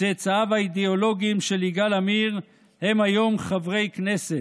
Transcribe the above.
"צאצאיו האידיאולוגיים של יגאל עמיר הם היום חברי כנסת".